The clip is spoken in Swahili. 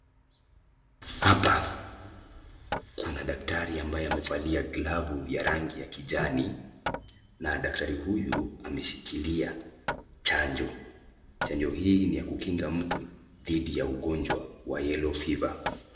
Hapa kuna daktari ambaye amevalia glavu ya rangi ya kijani na daktari huyu ameshikilia chanjo. Chanjo hii ni ya kukinga mtu dhidi ya ugonjwa wa yellow fever .